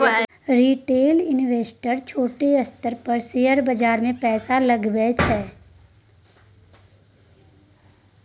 retail investor छोट स्तर पर शेयर बाजार मे पैसा लगबै छै